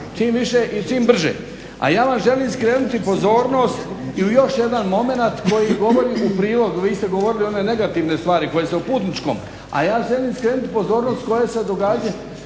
čim više i čim brže. A ja vam želim skrenuti pozornost i u još jedan momenat koji govori u prilog, vi ste govorili o onoj negativnoj stvari koje su u putničkom, a ja želim skrenuti pozornost koje se događaju